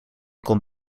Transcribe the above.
kon